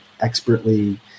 expertly